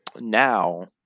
now